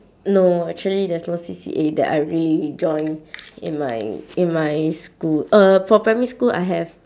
no actually there's no C_C_A that I really join in my in my school uh for primary school I have